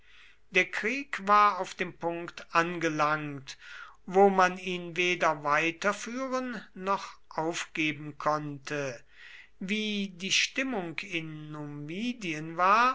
der krieg war auf dem punkt angelangt wo man ihn weder weiterführen noch aufgeben konnte wie die stimmung in numidien war